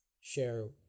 share